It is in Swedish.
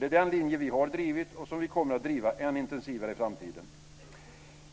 Det är den linjen vi har drivit och kommer att driva ännu intensivare i framtiden.